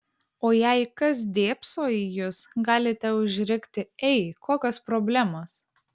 o jei kas dėbso į jus galite užrikti ei kokios problemos